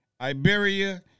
Iberia